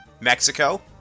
Mexico